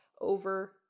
over